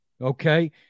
okay